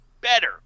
better